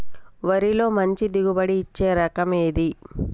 వరిలో మంచి దిగుబడి ఇచ్చే రకం ఏది?